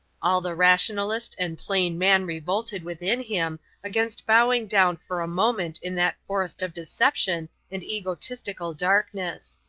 all the rationalist and plain man revolted within him against bowing down for a moment in that forest of deception and egotistical darkness.